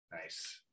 Nice